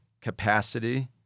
capacity